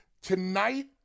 Tonight